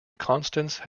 constance